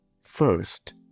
First